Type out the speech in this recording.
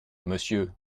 monsieur